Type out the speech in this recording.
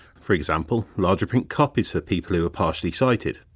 for example, larger print copies for people who are partially sighted.